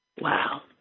Wow